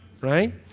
right